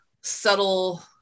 subtle